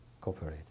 cooperate